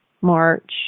March